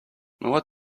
what